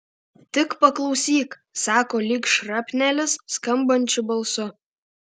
tik paklausyk sako lyg šrapnelis skambančiu balsu